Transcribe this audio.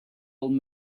old